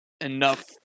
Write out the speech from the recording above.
enough